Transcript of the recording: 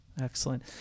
excellent